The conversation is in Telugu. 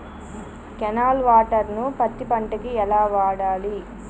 కెనాల్ వాటర్ ను పత్తి పంట కి ఎలా వాడాలి?